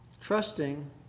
Trusting